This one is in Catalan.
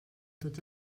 tots